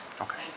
Okay